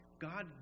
God